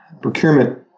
procurement